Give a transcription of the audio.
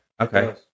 Okay